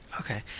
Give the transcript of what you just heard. Okay